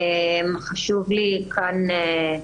חשוב לי כאן,